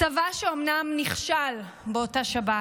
צבא שאומנם נכשל באותה השבת,